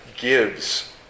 gives